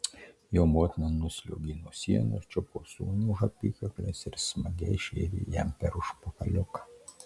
jo motina nusliuogė nuo sienos čiupo sūnų už apykaklės ir smagiai šėrė jam per užpakaliuką